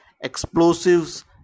Explosives